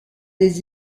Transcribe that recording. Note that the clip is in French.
des